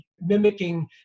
mimicking